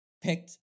picked